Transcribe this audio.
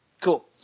Cool